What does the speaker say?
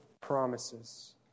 promises